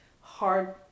hard